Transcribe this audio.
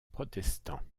protestants